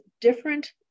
different